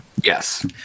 Yes